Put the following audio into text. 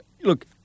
Look